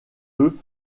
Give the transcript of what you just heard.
eux